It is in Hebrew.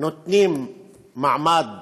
נותנים מעמד